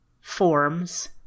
forms